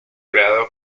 creado